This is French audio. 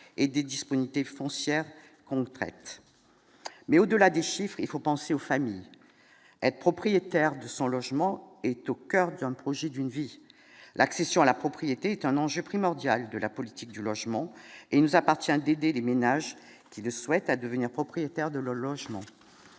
et des disponibilités foncières concrète mais au-delà des chiffres, il faut penser aux familles, être propriétaire de son logement est au coeur d'un projet d'une vie l'accession à la propriété est un enjeu primordial de la politique du logement et il nous appartient, Dédé, les ménages qui le souhaitent à devenir propriétaires de leur logement,